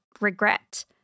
regret